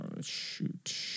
Shoot